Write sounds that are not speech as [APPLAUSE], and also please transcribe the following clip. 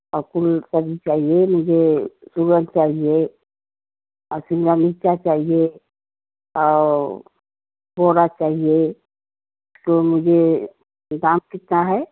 और फूल सब्ज़ी चाहिए मुझे [UNINTELLIGIBLE] चाहिए और शिमला मिर्च चाहिए और [UNINTELLIGIBLE] चाहिए तो मुझे दाम कितना है